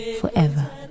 Forever